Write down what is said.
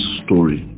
story